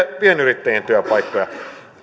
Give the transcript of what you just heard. pienyrittäjien työpaikkoja